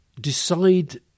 decide